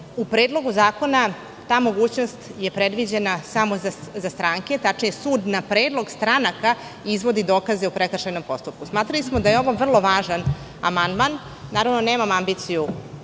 U Predlogu zakona ta mogućnost je predviđena samo za stranke, tačnije sud na predlog stranaka izvodi dokaze o prekršajnom postupku. Smatrali smo da je ovo vrlo važan amandman. Naravno da nemam ambiciju